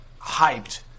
hyped